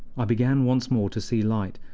i began once more to see light,